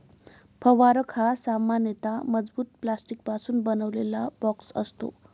फवारक हा सामान्यतः मजबूत प्लास्टिकपासून बनवलेला बॉक्स असतो